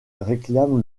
réclame